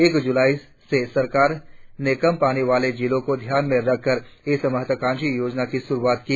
एक जुलाई से सरकार ने कम पानी वाले जिलों को ध्यान में रखकर इस महत्वाकांक्षी योजना की शुरुआत की